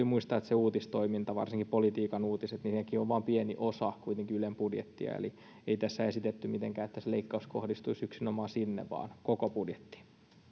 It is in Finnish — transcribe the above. muistaa että se uutistoiminta varsinkin politiikan uutiset on kuitenkin vain pieni osa ylen budjettia eli ei tässä esitetty mitenkään että se leikkaus kohdistuisi yksinomaan sinne vaan koko budjettiin